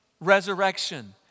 resurrection